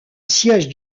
siège